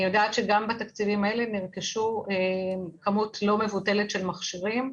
אני יודעת שגם בתקציבים האלה נרכשה כמות לא מבוטלת של מכשירים.